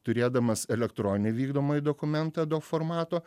turėdamas elektroninį vykdomąjį dokumentą adoc formato